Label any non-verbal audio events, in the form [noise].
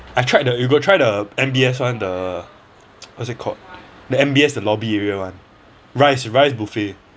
I tried the you got try the M_B_S one the [noise] what is it called the M_B_S the lobby area one rice rice buffet